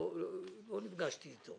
לא נפגשתי איתו